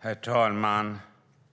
Herr talman!